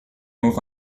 auf